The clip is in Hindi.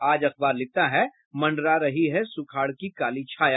आज अखबार लिखता है मंडरा रही है सुखाड़ की काली छाया